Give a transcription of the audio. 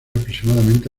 aproximadamente